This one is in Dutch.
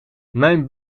mijn